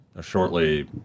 shortly